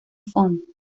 font